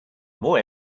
more